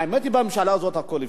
האמת היא, בממשלה הזאת הכול אפשר,